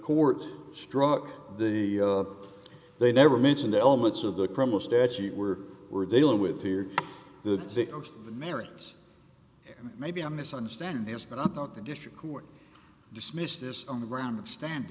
court struck the they never mentioned elements of the criminal statute we're we're dealing with here the merits maybe i'm misunderstanding this but i thought the district court dismissed this on the ground stand